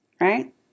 right